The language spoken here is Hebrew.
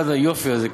כל היופי הזה,